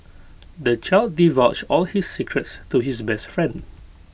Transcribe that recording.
the child divulged all his secrets to his best friend